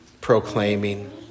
proclaiming